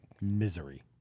misery